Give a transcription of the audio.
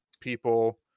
people